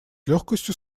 легкостью